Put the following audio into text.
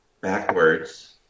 Backwards